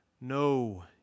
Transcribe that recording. No